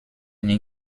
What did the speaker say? nie